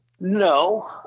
No